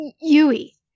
Yui